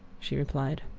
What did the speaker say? she replied.